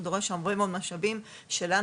זה אומר שדרושים עוד משאבים שלנו,